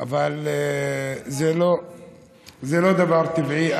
אבל זה לא דבר טבעי.